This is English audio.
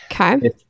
okay